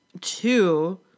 Two